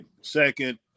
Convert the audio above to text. second